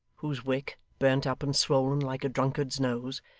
whose wick, burnt up and swollen like a drunkard's nose,